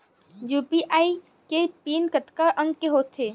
UPI के PIN कतका अंक के होथे?